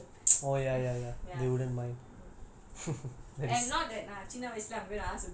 if I want something like ya I can just go ask from people ya